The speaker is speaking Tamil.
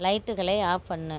லைட்டுகளை ஆஃப் பண்ணு